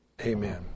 amen